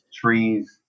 trees